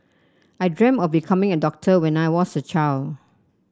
I dreamt of becoming a doctor when I was a child